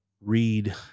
read